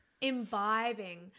imbibing